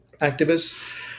activists